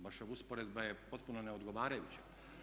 Vaša usporedba je potpuno neodgovarajuća.